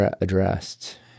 addressed